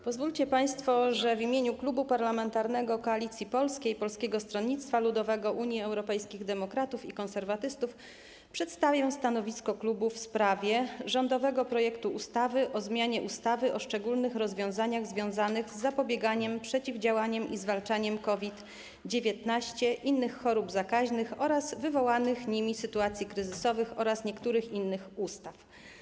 Pozwólcie państwo, że w imieniu Klubu Parlamentarnego Koalicja Polska - Polskie Stronnictwo Ludowe, Unia Europejskich Demokratów, Konserwatyści przedstawię stanowisko klubu w sprawie rządowego projektu ustawy o zmianie ustawy o szczególnych rozwiązaniach związanych z zapobieganiem, przeciwdziałaniem i zwalczaniem COVID-19, innych chorób zakaźnych oraz wywołanych nimi sytuacji kryzysowych oraz niektórych innych ustaw.